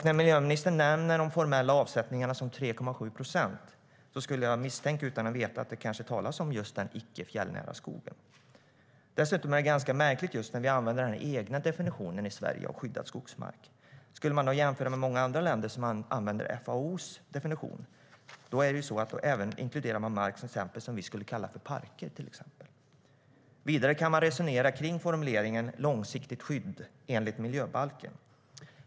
När miljöministern nämner de formella avsättningarna som 3,7 procent skulle jag, utan att veta, misstänka att det kanske talas om just den icke-fjällnära skogen. Dessutom är det ganska märkligt att vi i Sverige använder en egen definition av skyddad skogsmark. Skulle man jämföra med många andra länder som använder FAO:s definition inkluderar man även mark som vi skulle kalla för parker. Vidare kan man resonera kring formuleringen "långsiktigt skydd enligt miljöbalken".